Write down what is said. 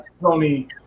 Tony